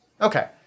Okay